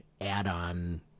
add-on